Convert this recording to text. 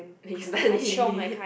then you study